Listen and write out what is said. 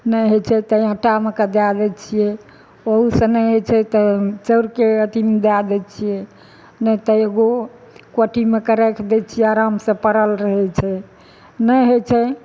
नहि होइत छै तऽ आटामे कऽ दए दै छियै ओहू से नहि होइत छै तऽ चाउरके अथीमे दए दै छियै नहि तऽ एगो कोठीमे कऽ राखि दै छियै आराम से पड़ल रहै छै नहि होइत छै